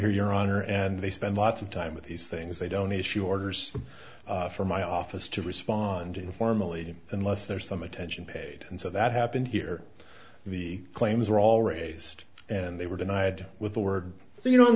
or your honor and they spend lots of time with these things they don't need she orders from my office to respond informally unless there's some attention paid and so that happened here the claims were all raised and they were denied with the word you know